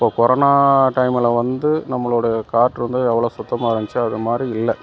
இப்போ கொரோனா டைமில் வந்து நம்மளோடய காற்று வந்து எவ்வளோ சுத்தமாக இருந்துச்சு அது மாதிரி இல்லை